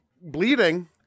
bleeding